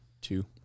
two